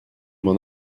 m’en